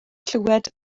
clywed